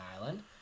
Island